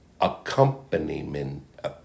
Accompaniment